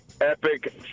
epic